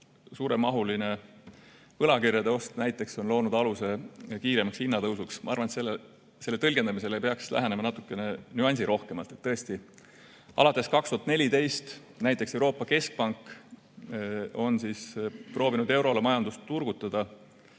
suuremahuline võlakirjade ost näiteks on loonud aluse kiiremaks hinnatõusuks. Ma arvan, et selle tõlgendamisele peaks lähenema natukene nüansirohkemalt. Tõesti, alates 2014. aastast on Euroopa Keskpank proovinud euroala majandust turgutada,